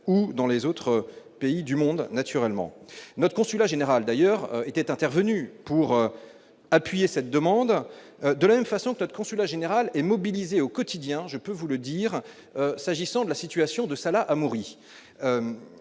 ou dans les autres pays du monde naturellement notre consulat général d'ailleurs était intervenu pour appuyer cette demande de la même façon que notre consulat général et mobilisée au quotidien, je peux vous le dire, s'agissant de la situation de Salah Hamouri,